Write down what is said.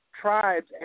tribes